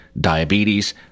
diabetes